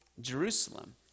Jerusalem